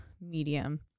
medium